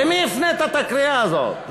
למי הפנית את הקריאה הזאת?